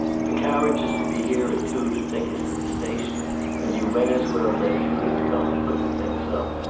the carriage is to be here at two to take us to the station and you may as well let judith come and put the things up.